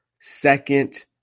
Second